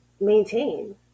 maintain